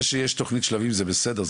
זה שיש תכנית ׳שלבים׳ זה בסדר,